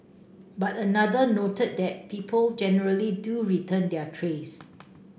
but another noted that people generally do return their trays